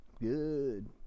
Good